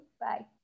Bye